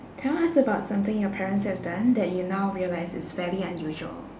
tell us about something your parents have done that you now realise is fairly unusual